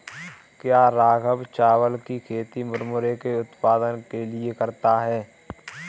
क्या राघव चावल की खेती मुरमुरे के उत्पाद के लिए करता है?